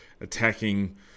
attacking